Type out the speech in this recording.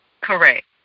Correct